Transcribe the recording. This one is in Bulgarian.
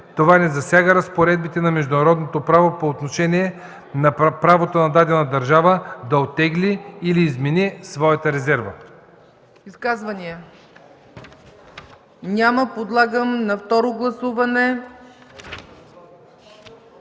Това не засяга разпоредбите на международното право по отношение на правото на дадена държава да оттегли или измени своята резерва.“